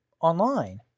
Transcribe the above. online